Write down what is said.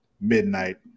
midnight